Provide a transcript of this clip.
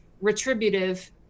retributive